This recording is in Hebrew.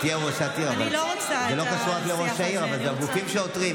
זה לא קשור רק לראש העיר, אבל זה גופים שעותרים.